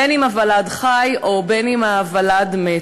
בין שהוולד חי ובין שהוולד מת.